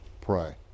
pray